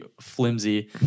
flimsy